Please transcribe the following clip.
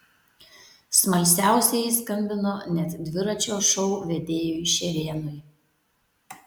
smalsiausieji skambino net dviračio šou vedėjui šerėnui